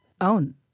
own